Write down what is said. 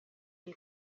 iyi